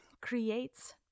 creates